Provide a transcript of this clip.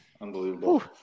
Unbelievable